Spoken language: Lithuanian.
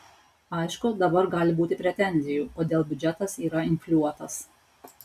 aišku dabar gali būti pretenzijų kodėl biudžetas yra infliuotas